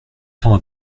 temps